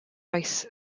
oes